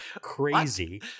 crazy